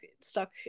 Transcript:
stuck